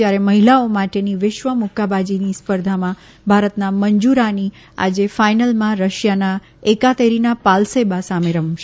જયારે મહિલાઓ માટેની વિશ્વ મુકાબાજી સ્પર્ધામાં ભારતના મંજુરાની આજે ફાઇનલમાં રશિયાના એકાતેરીના પાલસેબા સામે ઉતરશે